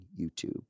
YouTube